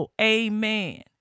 amen